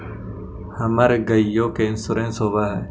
हमर गेयो के इंश्योरेंस होव है?